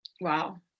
Wow